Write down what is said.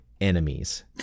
enemies